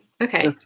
Okay